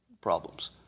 problems